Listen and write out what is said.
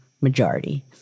majority